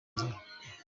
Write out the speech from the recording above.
inzara